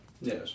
Yes